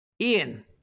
Ian